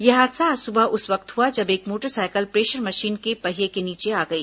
यह हादसा आज सुबह उस वक्त हुआ जब एक मोटरसाइकिल प्रेशर मशीन के पहियों के नीचे आ गई